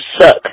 suck